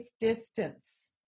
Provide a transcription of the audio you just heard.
distance